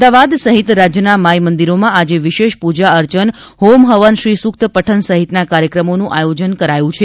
અમદાવાદ સહિત રાજ્યના માઇ મંદિરોમાં આજે વિશેષ પૂજા અર્ચન હોમ હવન શ્રીસુકત પઠન સહિતના કાર્યક્રમોનું આયોજન કરાયું છે